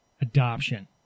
adoption